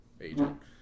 agent